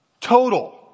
total